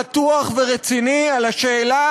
פתוח ורציני על השאלה